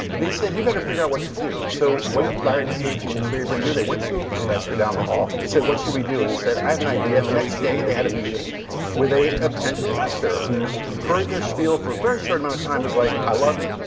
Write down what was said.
they said, you better figure out what to do. so what did larry page and sergey brin do? they went to a professor down the hall and said, what should we do? and he said, i have an idea. and the next day they had a meeting with a a potential investor who heard their spiel for a very short amount of time, was like, i love it.